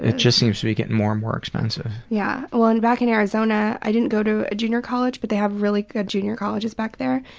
just seems to be getting more and more expensive. yeah ah and back in arizona i didn't go to a junior college, but they have really good junior colleges back there,